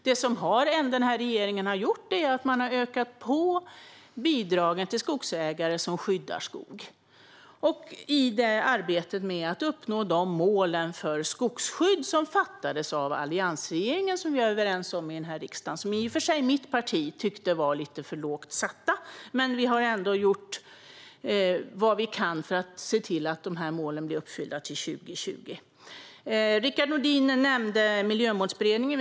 Det som den här regeringen har gjort är att man har ökat bidragen till skogsägare som skyddar skog och arbetat med att uppnå de mål för skogsskydd som alliansregeringen fattade beslut om och som vi är överens om i den här riksdagen, även om mitt parti i och för sig tyckte att de var lite för lågt satta. Vi har i alla fall gjort vad vi kunnat för att se till att de här målen blir uppfyllda till 2020. Rickard Nordin nämnde Miljömålsberedningen.